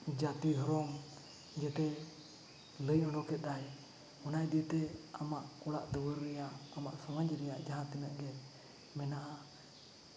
ᱡᱟᱹᱛᱤ ᱫᱷᱚᱨᱚᱢ ᱡᱟᱛᱮ ᱞᱟᱹᱭ ᱚᱰᱚᱠᱮᱫᱟᱭ ᱚᱱᱟ ᱤᱫᱤ ᱛᱮ ᱟᱢᱟᱜ ᱚᱲᱟᱜ ᱫᱩᱣᱟᱹᱨ ᱨᱮᱭᱟᱜ ᱟᱢᱟᱜ ᱥᱚᱢᱟᱡᱽ ᱨᱮᱭᱟᱜ ᱡᱟᱦᱟᱸ ᱛᱤᱱᱟᱹᱜ ᱜᱮ ᱢᱮᱱᱟᱜᱼᱟ